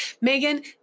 Megan